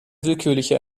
willkürliche